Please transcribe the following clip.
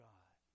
God